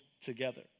together